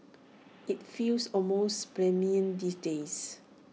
IT feels almost plebeian these days